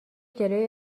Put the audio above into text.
جلوی